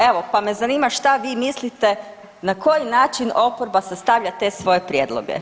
Evo, pa me zanima šta vi mislite na koji način oporba sastavlja te svoje prijedloge?